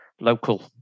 local